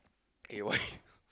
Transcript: eh why